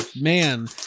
man